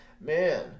man